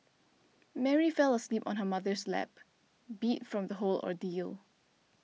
Mary fell asleep on her mother's lap beat from the whole ordeal